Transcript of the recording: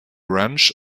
ranch